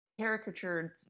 caricatured